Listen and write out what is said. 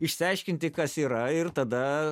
išsiaiškinti kas yra ir tada